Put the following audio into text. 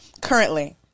currently